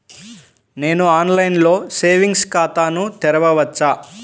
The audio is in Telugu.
నేను ఆన్లైన్లో సేవింగ్స్ ఖాతాను తెరవవచ్చా?